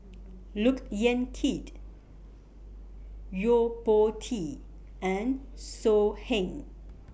Look Yan Kit Yo Po Tee and So Heng